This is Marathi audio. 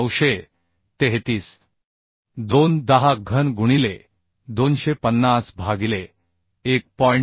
2 10 घन गुणिले 250 भागिले 1